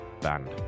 band